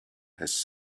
has